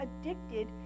addicted